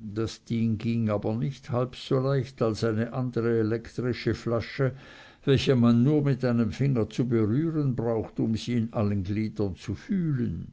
das ding ging aber nicht halb so leicht als eine andere elektrische flasche welche man nur mit einem finger zu berühren braucht um sie in allen gliedern zu fühlen